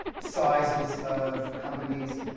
sizes of companies.